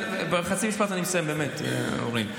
חצי משפט, אני מסיים, באמת, אוריאל.